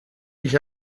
ich